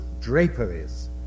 draperies